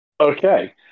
Okay